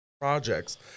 projects